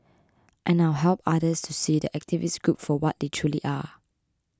I now help others to see the activist group for what they truly are